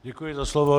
Děkuji za slovo.